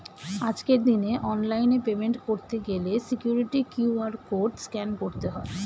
আজকের দিনে অনলাইনে পেমেন্ট করতে গেলে সিকিউরিটি কিউ.আর কোড স্ক্যান করতে হয়